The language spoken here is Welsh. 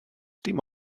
dim